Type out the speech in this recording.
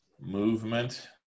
movement